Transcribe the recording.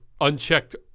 unchecked